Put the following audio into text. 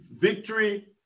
victory